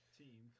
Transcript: team